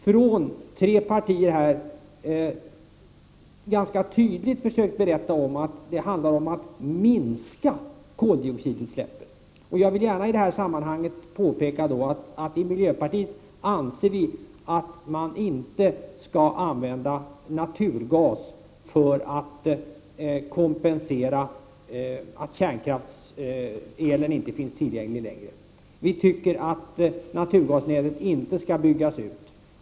Från tre partier har vi ju här ganska tydligt försökt berätta att det handlar om att minska koldioxidutsläppen. I detta sammanhang vill jag gärna påpeka att vi i miljöpartiet anser att man inte skall använda naturgas för att kompensera att kärnkraftselen inte finns tillgänglig längre. Vi tycker att naturgasnätet inte skall byggas ut.